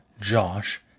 Josh